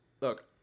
Look